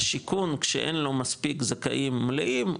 השיכון כשאין לו מספיק זכאים מלאים,